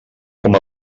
com